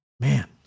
Man